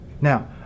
Now